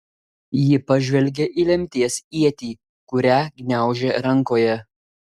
ji pažvelgė į lemties ietį kurią gniaužė rankoje